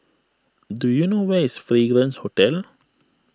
do you know where is Fragrance Hotel